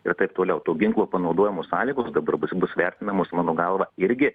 ir taip toliau to ginklo panaudojimo sąlygos dabar bus bus vertinamos mano galva irgi